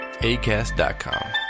ACAST.COM